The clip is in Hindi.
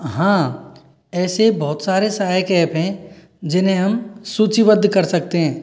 हाँ ऐसे बहुत सारे सहायक ऐप हैं जिन्हें हम सूचीबद्ध कर सकते हैं